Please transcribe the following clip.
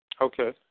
Okay